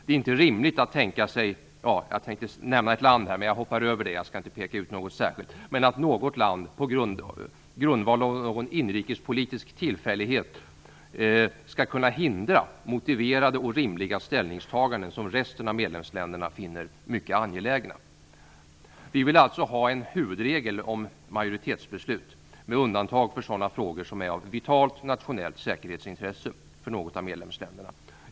Det är inte rimligt att tänka sig att något land på grundval av en inrikespolitisk tillfällighet skall kunna hindra motiverade och rimliga ställningstaganden som resten av medlemsländerna finner mycket angelägna. Vi vill alltså ha en huvudregel om majoritetsbeslut, med undantag för sådana frågor som är av vitalt nationellt säkerhetsintresse för något av medlemsländerna.